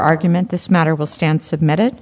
argument this matter will stand submitted